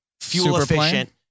fuel-efficient